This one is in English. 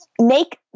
make